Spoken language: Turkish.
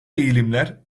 eğilimler